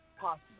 possible